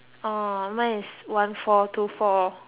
orh mine is one four two four